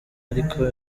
ariko